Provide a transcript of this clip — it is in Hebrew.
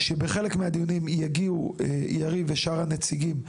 כשלחלק מהדיונים יגיעו יריב ושאר הנציגים,